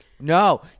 no